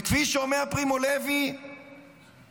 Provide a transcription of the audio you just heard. וכפי שאומר פרימו לוי ואחרים,